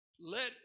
Let